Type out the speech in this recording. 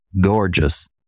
gorgeous